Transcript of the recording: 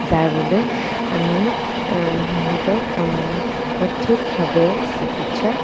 যাৰবাবে আমি সিহঁতক সঠিকভাৱে চিকিৎসা